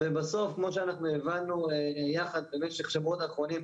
ובסוף כמו שאנחנו הבנו יחד במשך השבועות האחרונים,